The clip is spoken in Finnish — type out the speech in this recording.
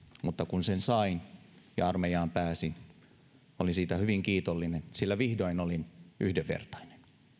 mutta kun sen sain ja armeijaan pääsin olin siitä hyvin kiitollinen sillä vihdoin olin yhdenvertainen